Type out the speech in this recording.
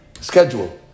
schedule